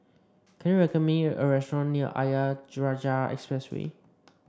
can you recommend me a restaurant near Ayer Rajah Expressway